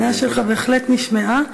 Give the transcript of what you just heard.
הטענה שלך בהחלט נשמעה.